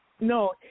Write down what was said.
No